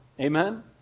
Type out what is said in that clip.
Amen